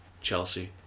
Chelsea